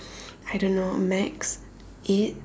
I don't know max eight